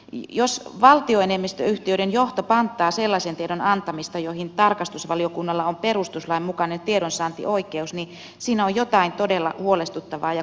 jos valtioenemmistöyhtiöiden johto panttaa sellaisen tiedon antamista johon tarkastusvaliokunnalla on perustuslain mukainen tiedonsaantioikeus niin siinä on jotain todella huolestuttavaa ja kummallista